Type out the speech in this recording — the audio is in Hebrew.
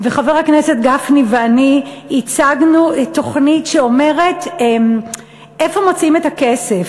חבר הכנסת גפני ואני הצגנו תוכנית שאומרת איפה מוצאים את הכסף